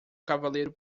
cavaleiro